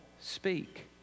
speak